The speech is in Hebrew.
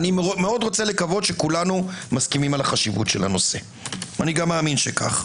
אני רוצה לקוות שכולנו מסכימים על חשיבות הנושא ומאמין שכך.